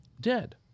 dead